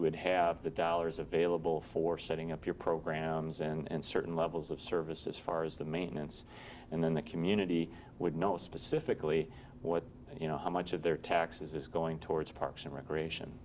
would have the dollars available for setting up your programs and certain levels of service as far as the maintenance and then the community would know specifically what you know how much of their taxes is going towards parks and recreation